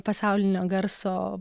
pasaulinio garso